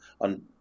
on